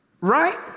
Right